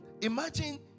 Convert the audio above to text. Imagine